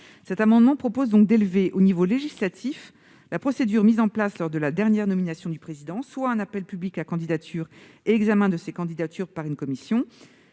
Cet amendement vise donc à élever au niveau législatif la procédure mise en place lors de la dernière nomination du président, soit un appel public à candidatures et un examen de ces candidatures par une commission.